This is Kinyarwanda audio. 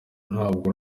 ntabwo